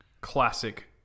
classic